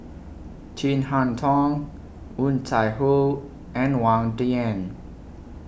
Chin Harn Tong Woon Tai Ho and Wang Dayuan